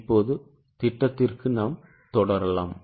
இப்போது திட்டத்திற்கு தொடரலாம்